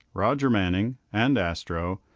roger manning, and astro,